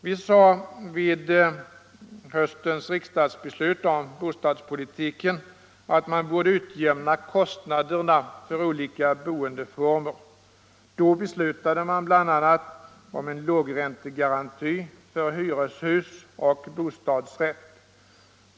Vi sade vid höstens riksdagsbeslut om bostadspolitiken att man borde utjämna kostnaderna för olika boendeformer. Då beslutade man bl.a. om en lågräntegaranti för hyres och bostadsrättslägenheter.